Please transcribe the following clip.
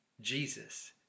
Jesus